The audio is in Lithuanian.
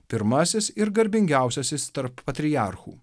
pirmasis ir garbingiausiasis tarp patriarchų